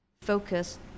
focus